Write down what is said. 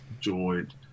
joined